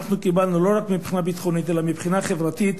שקיבלנו לא רק מבחינה ביטחונית אלא מבחינה חברתית,